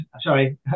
sorry